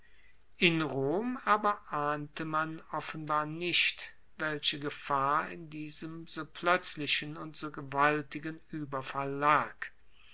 in rom aber ahnte man offenbar nicht welche gefahr in diesem so ploetzlichen und so gewaltigen ueberfall lag